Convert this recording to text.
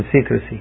secrecy